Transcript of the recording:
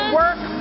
work